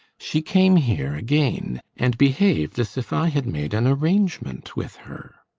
she came here again, and behaved as if i had made an arrangement with her.